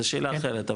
זה שאלה אחרת,